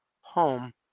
home